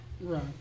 Right